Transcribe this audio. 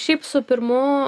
šiaip su pirmu